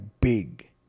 big